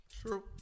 True